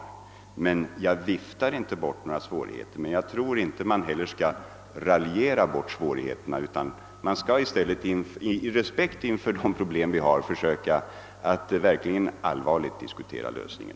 Jag viftar inte bort några svårigheter, men jag tror inte heller att man skall raljera bort dem, utan man skall i stället med respekt för de problem vi har försöka att allvarligt diskutera lösningen.